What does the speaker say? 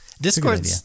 Discord